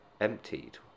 emptied